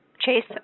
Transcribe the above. Chase